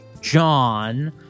John